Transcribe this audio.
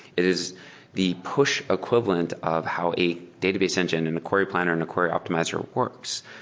it is the push equivalent of how a database engine and a query planner and a query optimizer works.